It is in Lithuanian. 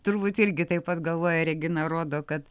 turbūt irgi taip pat galvoja regina rodo kad